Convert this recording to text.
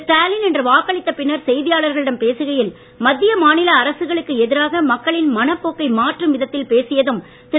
ஸ்டாலின் இன்று வாக்களித்த பின்னர் செய்தியாளர்களிடம் பேசுகையில் மத்திய மாநில அரசுகளுக்கு எதிராக மக்களின் மனப்போக்கை மாற்றும் வித்தில் பேசியதும் திரு